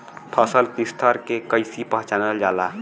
फसल के स्तर के कइसी पहचानल जाला